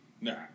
Nah